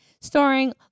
Starring